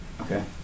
Okay